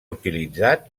utilitzat